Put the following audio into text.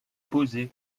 poser